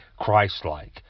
christ-like